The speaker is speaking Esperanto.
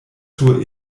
sur